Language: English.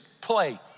play